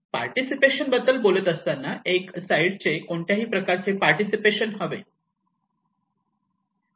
participation बद्दल बोलत असताना एक साईडचे कोणत्या प्रकारचे पार्टिसिपेशन हवे आहे